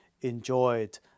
enjoyed